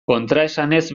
kontraesanez